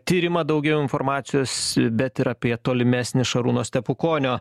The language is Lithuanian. tyrimą daugiau informacijos bet ir apie tolimesnį šarūno stepukonio